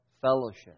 fellowship